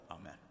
Amen